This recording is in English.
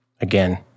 Again